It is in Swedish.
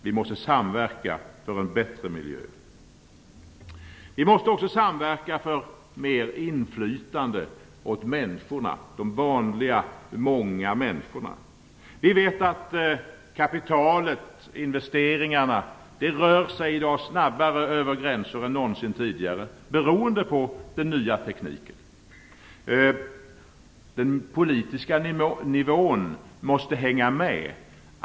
Vi måste samverka för en bättre miljö. Vi måste också samverka för mer inflytande åt människorna, de vanliga, många människorna. Vi vet att kapitalet, investeringarna i dag rör sig snabbare över gränserna än någonsin tidigare, beroende på den nya tekniken. Den politiska nivån måste hänga med.